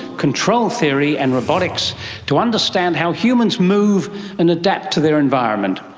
control theory and robotics to understand how humans move and adapt to their environment.